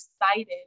excited